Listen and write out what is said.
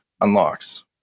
unlocks